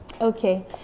okay